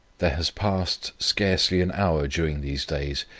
there has passed scarcely an hour during these days,